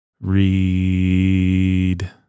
read